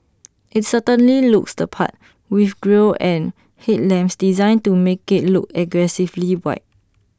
IT certainly looks the part with grille and headlamps designed to make IT look aggressively wide